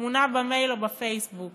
תמונה במייל או בפייסבוק